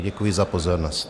Děkuji za pozornost.